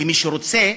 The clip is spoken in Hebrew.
למי שרוצה,